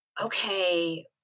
okay